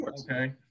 Okay